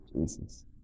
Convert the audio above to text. Jesus